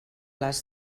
les